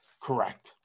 correct